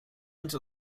into